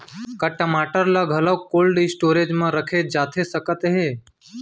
का टमाटर ला घलव कोल्ड स्टोरेज मा रखे जाथे सकत हे?